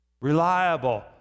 reliable